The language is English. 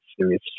series